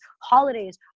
holidays